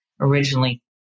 originally